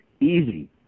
easy